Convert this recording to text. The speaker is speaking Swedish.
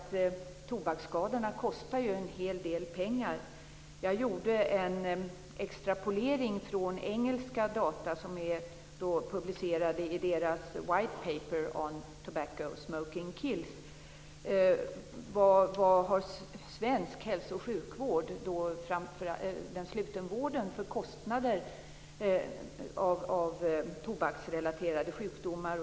Tobaksskadorna kostar ju en hel del pengar. Jag gjorde en extrapolering från engelska data som är publicerade i deras White Paper on Smoking Kills. Vad har svensk hälso och sjukvård, inte minst slutenvården, för kostnader som orsakas av tobaksrelaterade sjukdomar?